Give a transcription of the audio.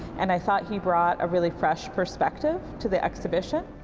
and i thought he brought a really fresh perspective to the exhibition.